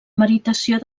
meritació